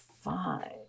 five